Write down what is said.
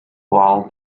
while